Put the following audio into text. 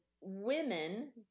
women